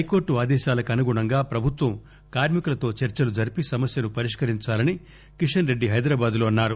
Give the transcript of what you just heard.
high court ఆదేశాలకు అనుగుణంగా ప్రభుత్వం కార్శి కులతో చర్చలు జరిపి సమస్యను పరిష్కరించాలని కిషన్ రెడ్డి హైదరాబాద్ లో అన్నారు